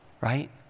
right